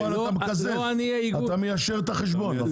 בפועל אתה מקזז, אתה מיישר את החשבון.